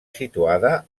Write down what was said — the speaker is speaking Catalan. situada